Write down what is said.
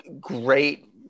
great